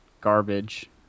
garbage